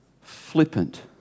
flippant